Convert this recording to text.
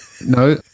no